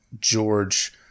George